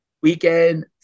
weekend